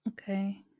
Okay